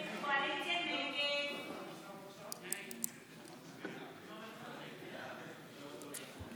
עתיד-תל"ם וקבוצת סיעת הרשימה המשותפת